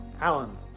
Alan